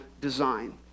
design